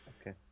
Okay